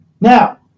Now